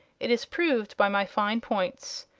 it is proved by my fine points.